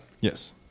Yes